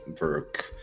work